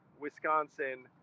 Wisconsin